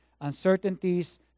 uncertainties